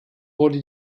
wurde